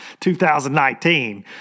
2019